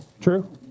True